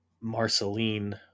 Marceline